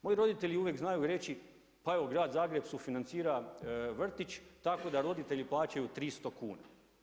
Moji roditelji uvijek znaju reći, pa evo grad Zagreb sufinancira vrtić tako da roditelji plaćaju 300 kuna.